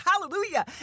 Hallelujah